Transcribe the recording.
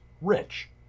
rich